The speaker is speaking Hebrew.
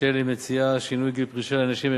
שינוי גיל פרישה לנשים),